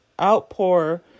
outpour